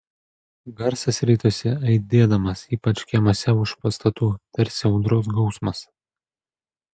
garsas ritosi aidėdamas ypač kiemuose už pastatų tarsi audros gausmas